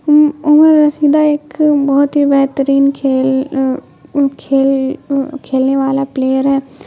عمر رسیدہ ایک بہت ہی بہترین کھیل کھیل کھیلنے والا پلیئر ہے